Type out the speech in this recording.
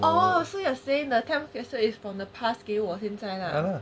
oh so you are saying the time capsule 是 from the past 给我到现在 lah